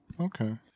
Okay